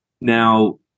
Now